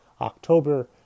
October